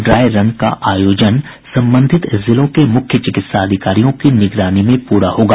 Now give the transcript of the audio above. dry run का आयोजन संबंधित जिलों के मुख्य चिकित्सा अधिकारियों की निगरानी में पूरा होगा